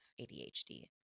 ADHD